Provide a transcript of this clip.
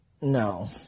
No